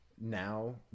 Now